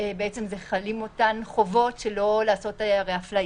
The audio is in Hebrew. חלים עליו אותן חובות כדי שלא לעשות אפליה.